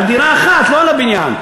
על דירה אחת, לא על הבניין.